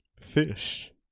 fish